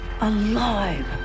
alive